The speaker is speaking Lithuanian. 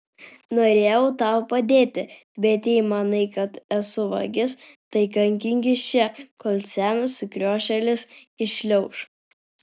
norėjau tau padėti bet jei manai kad esu vagis tai kankinkis čia kol senas sukriošėlis iššliauš